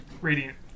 Radiant